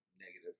negative